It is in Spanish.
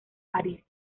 parís